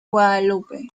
guadalupe